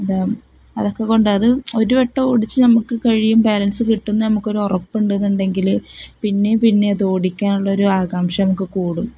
എന്താണ് അതൊക്കെ കൊണ്ട് അത് ഒരു വട്ടം ഓടിച്ച് നമുക്ക് കഴിയും ബാലൻസ് കിട്ടുന്ന നമുക്ക് ഒരു ഉറപ്പ് ഉണ്ടെന്നുണ്ടെങ്കിൽ പിന്നെയും പിന്നെ അത് ഓടിക്കാനുള്ളൊരു ആകാംക്ഷ നമുക്ക് കൂടും